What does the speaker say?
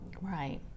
right